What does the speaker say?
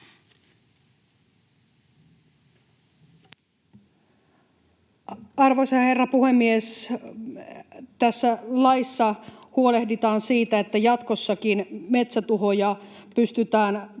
Arvoisa herra puhemies! Tässä laissa huolehditaan siitä, että jatkossakin metsätuhoja pystytään torjumaan.